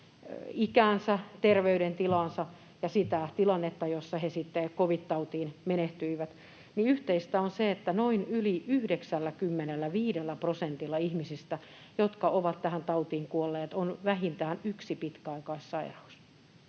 ikäänsä, terveydentilaansa ja sitä tilannetta, jossa he covid-tautiin menehtyivät, niin yhteistä on se, että yli 95 prosentilla ihmisistä, jotka ovat tähän tautiin kuolleet, on vähintään yksi pitkäaikaissairaus.